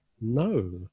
no